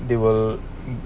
they were